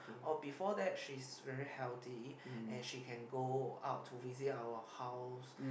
or before that she's very healthy and she can go out to visit our house